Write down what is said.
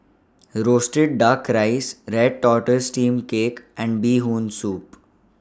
Roasted Duck Rice Red Tortoise Steamed Cake and Bee Hoon Soup